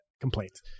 complaints